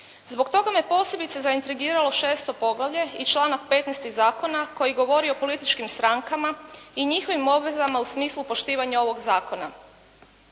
Zbog toga me posebice zaintrigiralo 6. poglavlje i članak 15. zakona koji govori o političkim strankama i njihovim obvezama u smislu poštivanja ovog zakona.